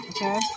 Okay